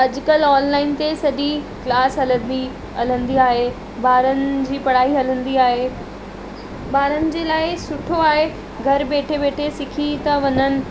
अॼुकल्ह ऑनलाइन ते सॼी क्लास हलंदी हलंदी आहे ॿारनि जी पढ़ाई हलंदी आहे ॿारनि जे लाइ सुठो आहे घरु वेठे वेठे सिखी था वञनि